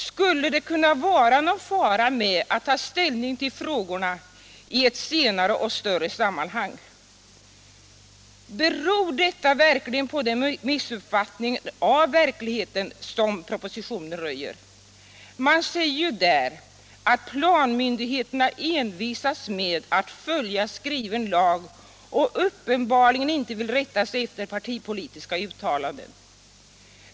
Skulle det kunna vara någon fara med att ta ställning till frågorna i ett senare och större sammanhang? Beror brådskan verkligen på den missuppfattning av verkligheten som propositionen röjer? Man säger där att planmyndigheterna envisas med att följa skriven lag och uppenbarligen inte vill rätta sig efter partipolitiska uttalanden.